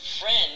friend